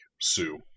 sue